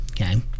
Okay